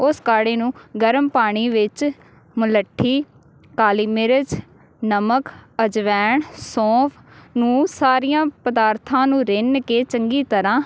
ਉਸ ਕਾੜੇ ਨੂੰ ਗਰਮ ਪਾਣੀ ਵਿੱਚ ਮੁਲੱਠੀ ਕਾਲੀ ਮਿਰਚ ਨਮਕ ਅਜਵੈਣ ਸੌਫ਼ ਨੂੰ ਸਾਰੀਆਂ ਪਦਾਰਥਾਂ ਨੂੰ ਰਿੰਨ ਕੇ ਚੰਗੀ ਤਰ੍ਹਾਂ